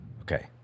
Okay